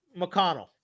McConnell